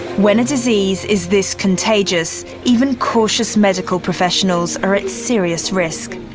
when a disease is this contagious, even cautious medical professionals are at serious risk.